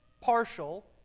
partial